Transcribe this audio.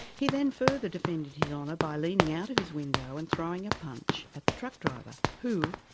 he then further defended his honour by leaning out of his window and throwing a punch at the truck driver who,